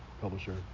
publisher